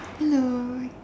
hello